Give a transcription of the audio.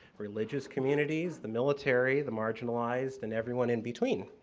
religious communities, the military, the marginalized, and everyone in between.